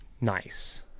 nice